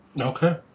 Okay